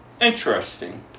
interesting